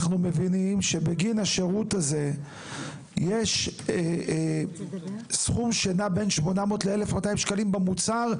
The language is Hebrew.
אנחנו מבינים שבגין השירות הזה יש סכום שנע בין 800 ₪ ל-1,200 ₪ במוצהר.